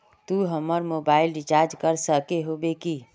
तू हमर mobile recharge कर सके होबे की?